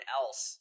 else